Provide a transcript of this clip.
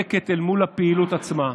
אל מול הפעילות עצמה,